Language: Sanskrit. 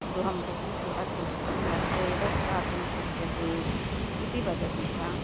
गृहं बहु बृहद् अस्ति अत्र एव स्थातुं शक्यते इति वदति सा